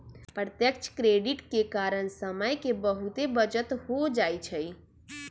प्रत्यक्ष क्रेडिट के कारण समय के बहुते बचत हो जाइ छइ